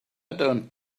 don’t